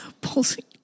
Pulsing